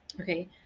Okay